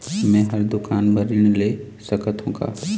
मैं हर दुकान बर ऋण ले सकथों का?